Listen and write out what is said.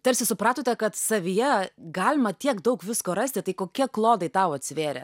tarsi supratote kad savyje galima tiek daug visko rasti tai kokie klodai tau atsivėrė